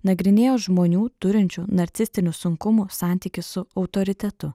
nagrinėjo žmonių turinčių narcistinių sunkumų santykį su autoritetu